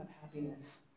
happiness